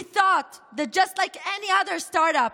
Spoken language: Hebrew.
We thought that just like any other start-up,